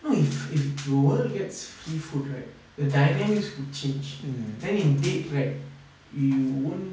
you know if the world gets free food right the dynamics will change then in date right you won't